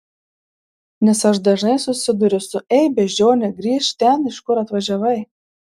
nes aš dažnai susiduriu su ei beždžione grįžk ten iš kur atvažiavai